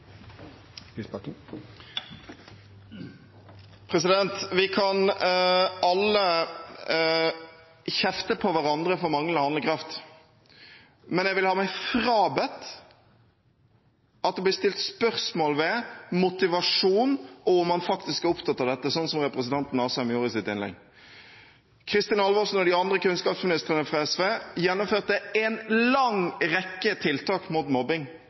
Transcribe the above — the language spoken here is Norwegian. Vi kan alle kjefte på hverandre for manglende handlingskraft, men jeg vil ha meg frabedt at det blir stilt spørsmål ved motivasjon og om man faktisk er opptatt av dette, som representanten Asheim gjorde i sitt innlegg. Kristin Halvorsen og de andre kunnskapsministrene fra SV gjennomførte en lang rekke tiltak mot mobbing